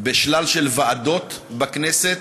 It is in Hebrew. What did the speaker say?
בשלל של ועדות בכנסת,